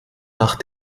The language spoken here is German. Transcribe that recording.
nach